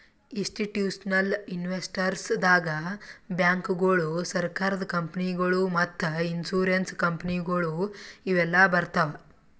institutional investors ದಾಗ್ ಬ್ಯಾಂಕ್ಗೋಳು, ಸರಕಾರದ ಕಂಪನಿಗೊಳು ಮತ್ತ್ ಇನ್ಸೂರೆನ್ಸ್ ಕಂಪನಿಗೊಳು ಇವೆಲ್ಲಾ ಬರ್ತವ್